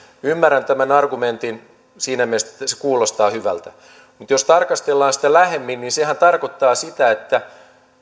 ymmärrän tämän argumentin siinä mielessä että se kuulostaa hyvältä mutta jos tarkastellaan sitä lähemmin niin sehän tarkoittaa sitä että